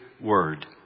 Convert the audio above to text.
word